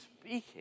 speaking